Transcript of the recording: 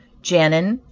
genin,